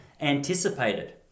anticipated